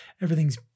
everything's